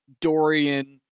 Dorian